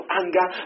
anger